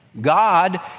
God